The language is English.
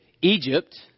Egypt